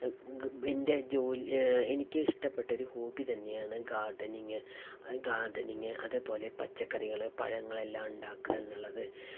എൻ്റെ ജോലി എനിക്ക് ഇഷ്ട്ടപ്പെട്ടൊരു ഹോബി തന്നെയാണ് ഗാർഡനിങ്ങ് ആ ഗാർഡനിങ്ങ് അതേപോലെ പച്ചക്കറികള് പഴങ്ങളെല്ലാം ഉണ്ടാക്കുക എന്നുള്ളത്